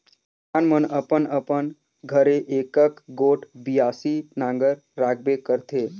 किसान मन अपन अपन घरे एकक गोट बियासी नांगर राखबे करथे